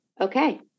okay